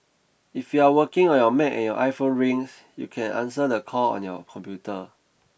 if you are working on your Mac and your iPhone rings you can answer the call on your computer